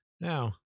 now